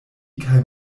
kaj